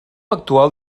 actual